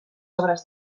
obres